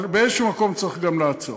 אבל באיזשהו מקום צריך גם לעצור.